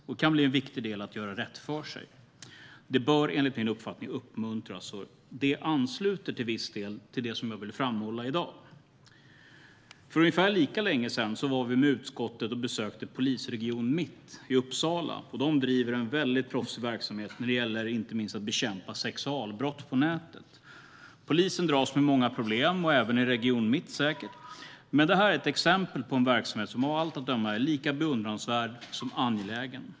Det kan bli en viktig del i att göra rätt för sig. Det bör enligt min uppfattning uppmuntras. Detta ansluter till viss del till det som jag vill framhålla i dag. För ungefär lika länge sedan var vi med utskottet och besökte Polisregion Mitt i Uppsala. De driver en proffsig verksamhet, inte minst när det gäller att bekämpa sexualbrott på nätet. Polisen dras med många problem, säkert även i region Mitt, men detta är ett exempel på en verksamhet som av allt att döma är lika beundransvärd som angelägen.